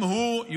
גם הוא,